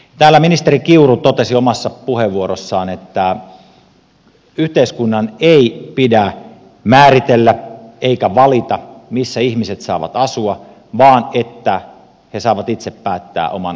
täällä ministeri kiuru totesi omassa puheenvuorossaan että yhteiskunnan ei pidä määritellä eikä valita missä ihmiset saavat asua vaan he saavat itse päättää oman asuinpaikkansa